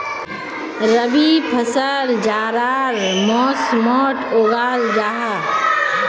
रबी फसल जाड़ार मौसमोट उगाल जाहा